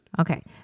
Okay